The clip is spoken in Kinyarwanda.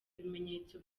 ibimenyetso